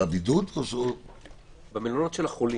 במלונות של החולים,